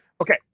Okay